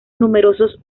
numerosos